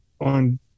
on